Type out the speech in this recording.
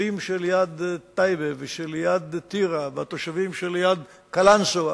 התושבים שליד טייבה וליד טירה והתושבים שליד קלנסואה.